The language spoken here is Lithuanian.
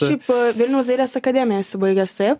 šiaip vilniaus dailės akademiją esi baigęs taip